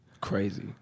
Crazy